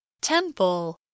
Temple